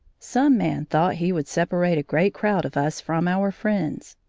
some man thought he would separate a great crowd of us from our friends.